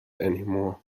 anymore